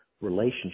relationship